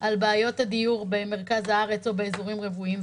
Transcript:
על בעיות הדיור במרכז הארץ או באזורים רווים?